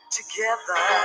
Together